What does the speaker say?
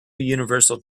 universal